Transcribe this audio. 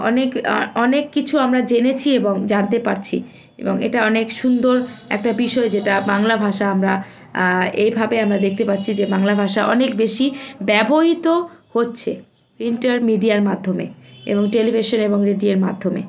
অনেক অনেক কিছু আমরা জেনেছি এবং জানতে পারছি এবং এটা অনেক সুন্দর একটা বিষয় যেটা বাংলা ভাষা আমরা এইভাবে আমরা দেখতে পাচ্ছি যে বাংলা ভাষা অনেক বেশি ব্যবহৃত হচ্ছে প্রিন্টার মিডিয়ার মাধ্যমে এবং টেলিভিশনে এবং রেডিয়োর মাধ্যমে